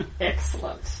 Excellent